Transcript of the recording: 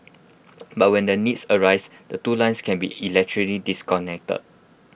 but when the needs arises the two lines can be electrically disconnected